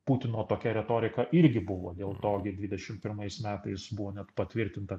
putino tokia retorika irgi buvo dėl to gi dvidešim pirmais metais buvo net patvirtinta